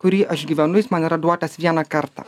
kurį aš gyvenu jis man yra duotas vieną kartą